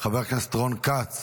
חבר הכנסת רון כץ,